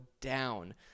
down